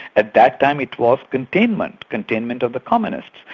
at that time it was containment, containment of the communists,